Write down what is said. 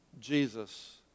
Jesus